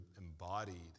embodied